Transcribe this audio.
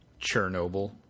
Chernobyl